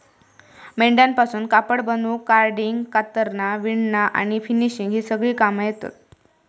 मेंढ्यांपासून कापड बनवूक कार्डिंग, कातरना, विणना आणि फिनिशिंग ही सगळी कामा येतत